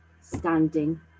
standing